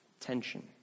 tension